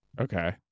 Okay